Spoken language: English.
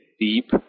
deep